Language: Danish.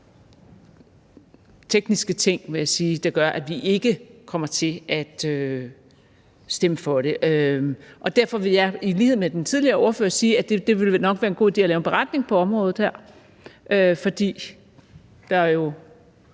jeg sige, der gør, at vi ikke kommer til at stemme for det. Derfor vil jeg i lighed med den tidligere ordfører sige, at det nok vil være en god idé at lave en beretning på området, fordi der jo